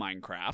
Minecraft –